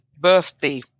birthday